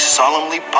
solemnly